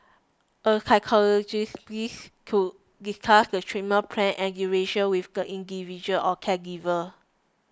a physiotherapist would discuss the treatment plan and duration with the individual or caregiver